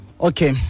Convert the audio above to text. Okay